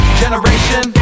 generation